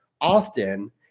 often